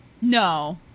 No